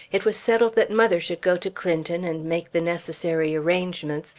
it was settled that mother should go to clinton and make the necessary arrangements,